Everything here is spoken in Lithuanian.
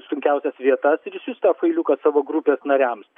sunkiausias vietas ir išsiųst tą failiuką savo grupės nariams